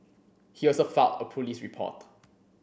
he also filed a police report